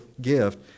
gift